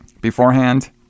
beforehand